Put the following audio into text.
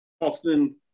Austin